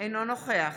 אינו נוכח